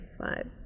five